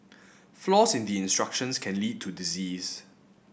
flaws in the instructions can lead to disease